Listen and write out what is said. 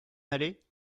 aller